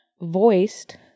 voiced